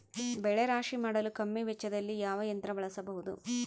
ಬೆಳೆ ರಾಶಿ ಮಾಡಲು ಕಮ್ಮಿ ವೆಚ್ಚದಲ್ಲಿ ಯಾವ ಯಂತ್ರ ಬಳಸಬಹುದು?